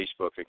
Facebook